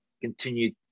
continued